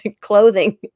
clothing